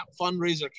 fundraiser